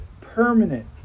permanent